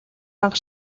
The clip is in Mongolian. бага